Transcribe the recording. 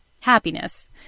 Happiness